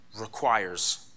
requires